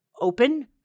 open